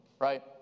Right